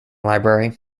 library